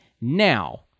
Now